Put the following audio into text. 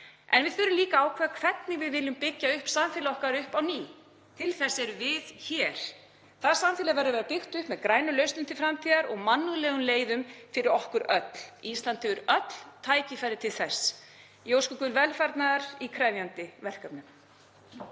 En við þurfum líka að ákveða hvernig við viljum byggja samfélag okkar upp á ný. Til þess erum við hér. Það samfélag verður að vera byggt upp með grænum lausnum til framtíðar og mannúðlegum leiðum fyrir okkur öll. Ísland hefur öll tækifæri til þess. — Ég óska ykkur velfarnaðar í krefjandi verkefnum.